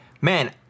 man